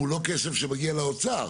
הוא לא כסף שמגיע לאוצר,